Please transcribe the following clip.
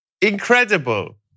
Incredible